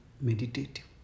meditative